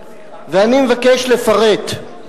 אני מבקש לפרט.